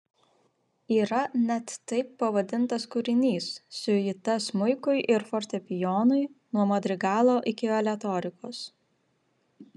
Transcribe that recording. yra net taip pavadintas kūrinys siuita smuikui ir fortepijonui nuo madrigalo iki aleatorikos